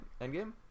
Endgame